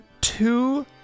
two